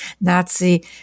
Nazi